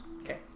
Okay